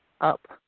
up